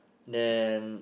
then